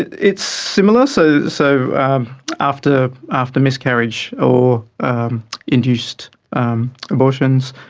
it's similar. so so after after miscarriage or induced um abortions,